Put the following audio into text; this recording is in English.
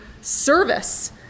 service